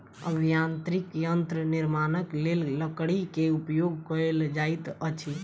अभियांत्रिकी यंत्रक निर्माणक लेल लकड़ी के उपयोग कयल जाइत अछि